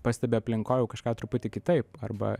pastebi aplinkoj jau kažką truputį kitaip arba